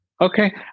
okay